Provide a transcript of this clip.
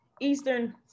Eastern